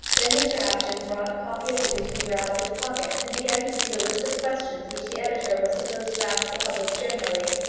then mr apjohn brought a copy of the newspaper out of his pocket, and began to read a list of questions which the editor was supposed to ask the public generally.